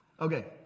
Okay